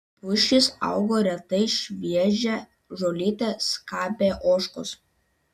pušys augo retai šviežią žolytę skabė ožkos